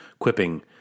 quipping